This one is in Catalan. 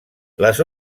les